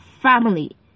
family